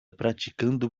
praticando